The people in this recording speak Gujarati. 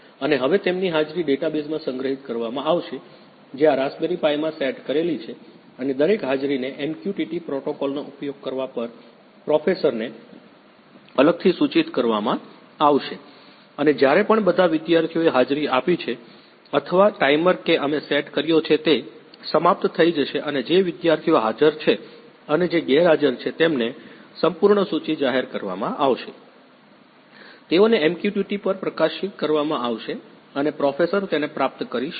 અને હવે તેમની હાજરી ડેટાબેઝમાં સંગ્રહિત કરવામાં આવશે જે આ રાસ્પબરી પાઇમાં સેટ કરેલી છે અને દરેક હાજરીને MQTT પ્રોટોકોલનો ઉપયોગ કરવા પર પ્રોફેસરને અલગથી સૂચિત કરવામાં આવશે અને જ્યારે પણ બધા વિદ્યાર્થીઓએ હાજરી આપી છે અથવા ટાઈમર કે અમે સેટ કર્યો છે તે સમાપ્ત થઈ જશે અને જે વિદ્યાર્થીઓ હાજર છે અને જે ગેરહાજર છે તેમને સંપૂર્ણ સૂચિ જાહેર કરવામાં આવશે તેઓને MQTT પર પ્રકાશિત કરવામાં આવશે અને પ્રોફેસર તેને પ્રાપ્ત કરી શકે છે